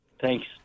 Thanks